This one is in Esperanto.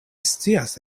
scias